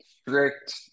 strict